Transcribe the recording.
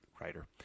writer